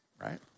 right